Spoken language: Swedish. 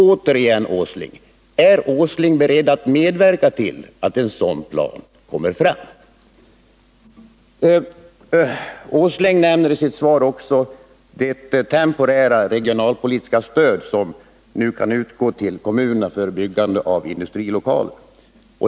Återigen: Är Nils Åsling beredd att medverka till att en sådan plan kommer fram? Nils Åsling nämner i sitt svar det temporära regionalpolitiska stöd som nu kan utgå till kommunerna för byggande av industrilokaler.